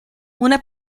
una